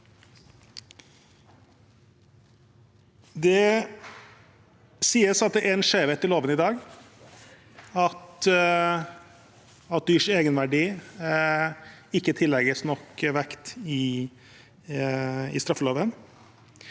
Det sies at det er en skjevhet i loven i dag, at dyrs egenverdi ikke tillegges nok vekt i straffeloven.